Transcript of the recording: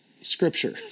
scripture